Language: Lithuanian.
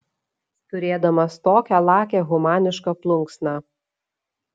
turėdamas tokią lakią humanišką plunksną